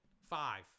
five